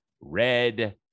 red